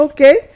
Okay